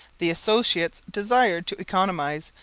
the associates desired to economize,